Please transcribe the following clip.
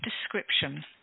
description